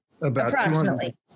Approximately